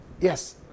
yes